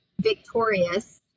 victorious